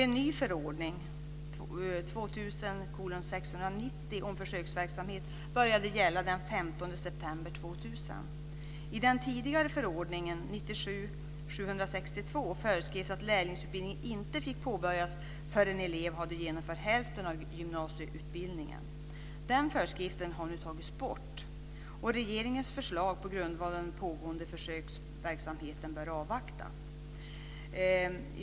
En ny förordning om försöksverksamhet började gälla den 15 september 2000. I den tidigare förordningen föreskrevs att lärlingsutbildningen inte fick påbörjas förrän eleven hade genomfört hälften av gymnasieutbildningen. Den föreskriften har nu tagits bort. Regeringens förslag på grundval av den pågående försöksverksamheten bör avvaktas.